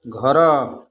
ଘର